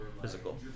physical